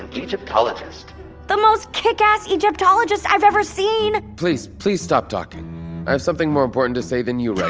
and egyptologist the most kickass egyptologist i've ever seen please, please stop talking. i have something more important to say than you, right